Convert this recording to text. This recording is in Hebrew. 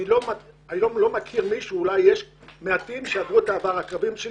אני לא מכיר מישהו שעברו את העבר שלי,